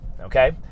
okay